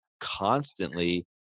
constantly